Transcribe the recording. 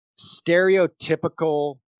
stereotypical